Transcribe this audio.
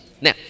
now